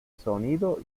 sonido